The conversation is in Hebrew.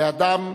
בני-האדם